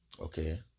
Okay